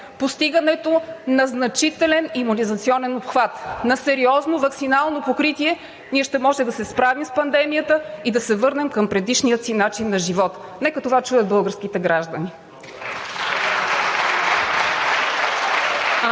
постигането на значителен имунизационен обхват, на сериозно ваксинално покритие ние ще можем да се справим с пандемията и да се върнем към предишният си начин на живот. Нека това чуят българските граждани!